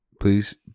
please